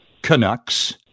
Canucks